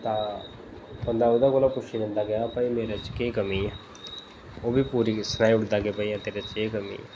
तां बंदा ओह्दे कोला पुच्छी लैंदा कि आं भाई मेरे च केह् कमी ऐ ओह्बी पूरी सुनाई ओड़दा कि तेरे च केह् कमीं ऐ